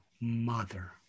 mother